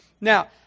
Now